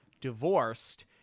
divorced